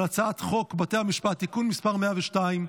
הצעת חוק בתי המשפט (תיקון מס' 102),